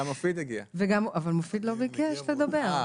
בבקשה.